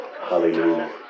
Hallelujah